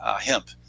hemp